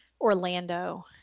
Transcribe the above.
orlando